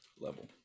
level